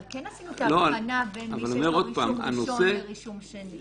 אבל כן עשינו את ההבחנה בין מי שיש לו רישום ראשון לרישום שני.